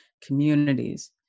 communities